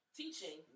teaching